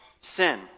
sin